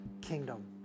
kingdom